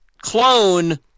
clone